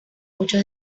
mucho